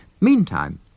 Meantime